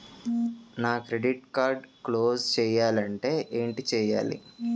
నా credit card close చేయాలంటే ఏంటి చేయాలి?